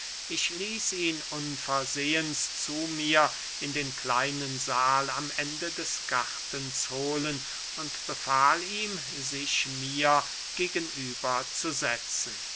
ich ließ ihn unversehens zu mir in den kleinen sahl am ende des gartens hohlen und befahl ihm sich mir gegen über zu setzen